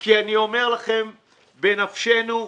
כי אני אומר לכם שבנפשנו הדבר?